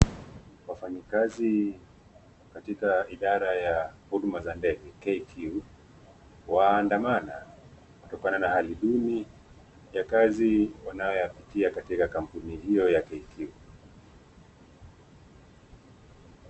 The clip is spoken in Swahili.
Wafanyikazi katikati idara ya huduma za ndege waandamanakutoka na hali Duni ya kazi wanayoipitia katika kampuni hiyo ya KQ